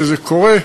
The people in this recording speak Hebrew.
כשזה קורה,